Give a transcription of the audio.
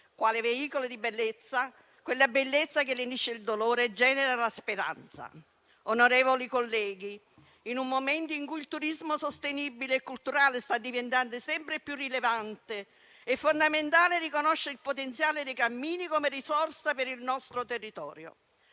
quale veicolo di bellezza, che lenisce il dolore e genera la speranza. Onorevoli colleghi, in un momento in cui il turismo sostenibile e culturale sta diventando sempre più rilevante, è fondamentale riconoscere il potenziale dei cammini come risorsa per il nostro territorio,